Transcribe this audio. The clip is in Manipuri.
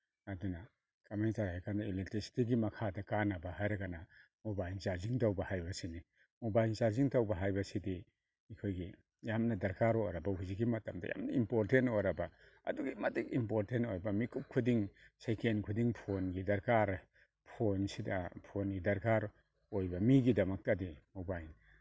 ꯑꯗꯨꯅ ꯀꯃꯥꯏ ꯇꯧꯔꯦ ꯍꯥꯏꯀꯥꯟꯗ ꯑꯦꯂꯦꯛꯇ꯭ꯔꯤꯁꯤꯇꯤꯒꯤ ꯃꯈꯥꯗ ꯀꯥꯅꯕ ꯍꯥꯏꯔꯒꯅ ꯃꯣꯕꯥꯏꯜ ꯆꯥꯔꯖꯤꯡ ꯇꯧꯕ ꯍꯥꯏꯕꯁꯤꯅꯤ ꯃꯣꯕꯥꯏꯜ ꯆꯥꯔꯖꯤꯡ ꯇꯧꯕ ꯍꯥꯏꯕꯁꯤꯗꯤ ꯑꯩꯈꯣꯏꯒꯤ ꯌꯥꯝꯅ ꯗꯔꯀꯥꯔ ꯑꯣꯏꯔꯕ ꯍꯧꯖꯤꯛꯀꯤ ꯃꯇꯝꯗ ꯌꯥꯝꯅ ꯏꯝꯄꯣꯔꯇꯦꯟ ꯑꯣꯏꯔꯕ ꯑꯗꯨꯛꯀꯤ ꯃꯇꯤꯛ ꯏꯝꯄꯣꯔꯇꯦꯟ ꯑꯣꯏꯕ ꯃꯤꯀꯨꯞ ꯈꯨꯗꯤꯡ ꯁꯦꯀꯦꯟ ꯈꯨꯗꯤꯡ ꯐꯣꯟꯒꯤ ꯗꯔꯀꯥꯔ ꯐꯣꯟꯁꯤꯗ ꯐꯣꯟꯒꯤ ꯗꯔꯀꯥꯔ ꯑꯣꯏꯕ ꯃꯤꯒꯤꯗꯃꯛꯇꯗꯤ ꯃꯣꯕꯥꯏꯜ